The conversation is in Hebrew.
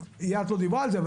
איאת לא דיברה על זה,